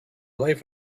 life